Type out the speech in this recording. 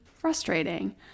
frustrating